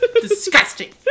Disgusting